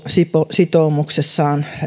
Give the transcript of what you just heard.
sitoumuksessaan